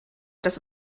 dass